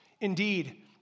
Indeed